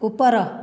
ଉପର